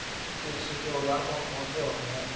कृषि के औजार कौन कौन से होते हैं?